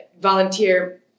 volunteer